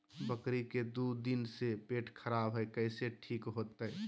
बकरी के दू दिन से पेट खराब है, कैसे ठीक होतैय?